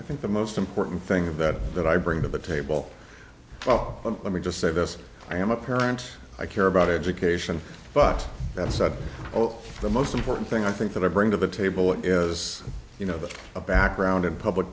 i think the most important thing of that that i bring to the table and let me just say this i am a parent i care about education but that said oh the most important thing i think that i bring to the table is you know that a background in public